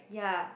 ya